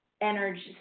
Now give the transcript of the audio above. energy